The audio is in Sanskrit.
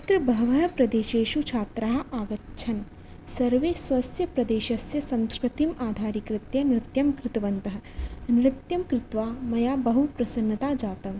तत्र बहवः प्रदेशेषु छात्राः आगच्छन् सर्वे स्वस्य प्रदेशस्य संस्कृतिम् आधारीकृत्य नृत्यं कृतवन्तः नृत्यं कृत्वा मया बहुप्रसन्नता जातम्